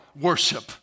worship